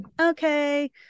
okay